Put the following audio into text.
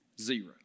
Zero